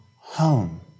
home